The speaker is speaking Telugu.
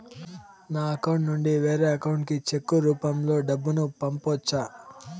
నా అకౌంట్ నుండి వేరే అకౌంట్ కి చెక్కు రూపం లో డబ్బును పంపొచ్చా?